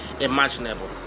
imaginable